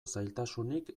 zailtasunik